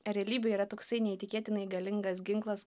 realybė yra toksai neįtikėtinai galingas ginklas